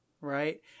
right